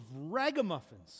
ragamuffins